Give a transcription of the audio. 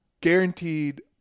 guaranteed